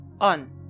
on